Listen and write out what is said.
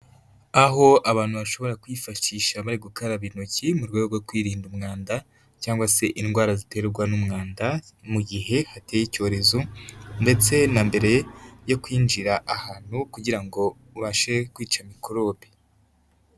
Aho abantu bashobora kwifashisha bari gukaraba intoki mu rwego rwo kwirinda umwanda cyangwa se indwara ziterwa n'umwanda mu gihe hateye icyorezo ndetse na mbere yo kwinjira ahantu kugira ngo ubashe kwica mikorobe.